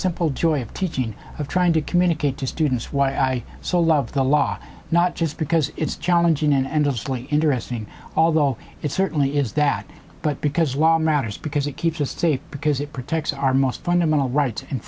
simple joy of teaching of trying to communicate to students why i so love the law not just because it's challenging and the story interesting although it certainly is that but because while matters because it keeps us safe because it protects our most fundamental rights and